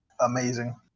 Amazing